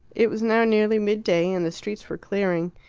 it was now nearly midday, and the streets were clearing.